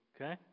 okay